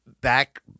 back